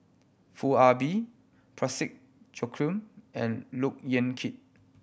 Foo Ah Bee Parsick Joaquim and Look Yan Kit